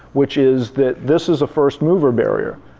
which is that this is a first mover barrier.